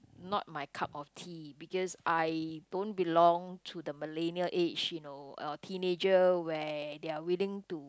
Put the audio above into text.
not my cup of tea because I don't belong to the millennial age you know uh teenager where they are willing to